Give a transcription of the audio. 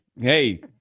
hey